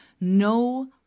No